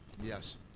Yes